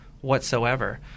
whatsoever